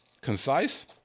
Concise